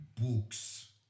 books